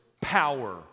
power